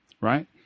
right